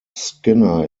skinner